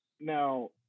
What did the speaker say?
now